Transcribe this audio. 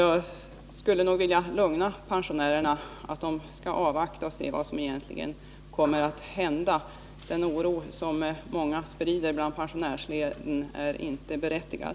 Jag skulle nog vilja lugna pensionärerna med att säga att de bör avvakta och se vad som egentligen kommer att hända. Den oro som många sprider i pensionärsleden är inte berättigad.